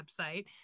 website